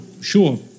sure